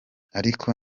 ariko